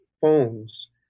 phones